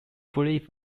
believe